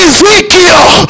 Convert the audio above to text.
Ezekiel